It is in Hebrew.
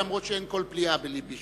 אף שאין כל פליאה בלבי,